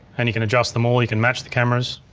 and you can adjust them all, you can match the cameras.